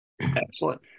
Excellent